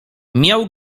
miał